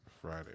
Friday